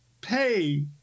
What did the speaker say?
pay